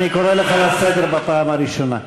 אני קורא אותך לסדר בפעם הראשונה.